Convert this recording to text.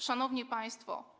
Szanowni Państwo!